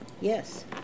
Yes